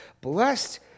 Blessed